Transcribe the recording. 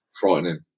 frightening